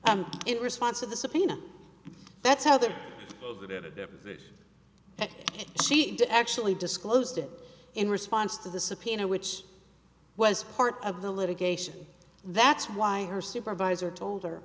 and in response to the subpoena that's how the she did actually disclosed in response to the subpoena which was part of the litigation that's why her supervisor told her